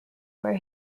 where